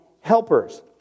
helpers